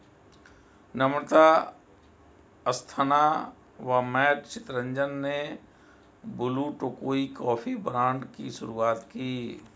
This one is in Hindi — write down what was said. नम्रता अस्थाना व मैट चितरंजन ने ब्लू टोकाई कॉफी ब्रांड की शुरुआत की